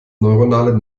neuronale